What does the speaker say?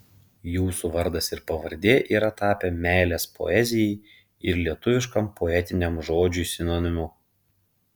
jūsų vardas ir pavardė yra tapę meilės poezijai ir lietuviškam poetiniam žodžiui sinonimu